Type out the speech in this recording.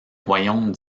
royaumes